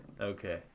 okay